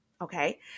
Okay